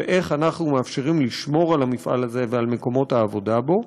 ואיך אנחנו מאפשרים לשמור על המפעל ועל מקומות העבודה בו,